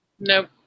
Nope